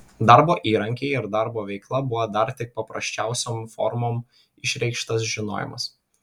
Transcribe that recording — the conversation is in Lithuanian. darbo įrankiai ir darbo veikla buvo dar tik paprasčiausiom formom išreikštas žinojimas